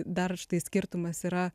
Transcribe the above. dar štai skirtumas yra